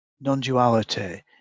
non-duality